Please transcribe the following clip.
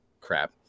Crap